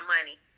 money